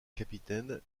capitaine